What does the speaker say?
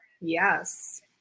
Yes